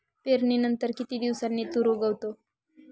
पेरणीनंतर किती दिवसांनी तूर उगवतो?